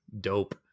dope